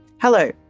Hello